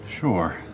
sure